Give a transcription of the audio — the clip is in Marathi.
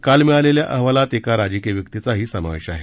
काल मिळालेल्या अहवालात एका राजकीय व्यक्तीचाही समावेश आहे